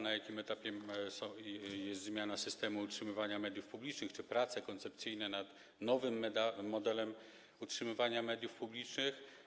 Na jakim etapie jest zmiana systemu utrzymywania mediów publicznych, czy trwają prace koncepcyjne nad nowym modelem utrzymywania mediów publicznych?